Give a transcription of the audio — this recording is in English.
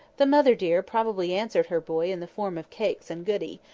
the mother dear probably answered her boy in the form of cakes and goody,